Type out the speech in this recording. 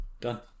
Done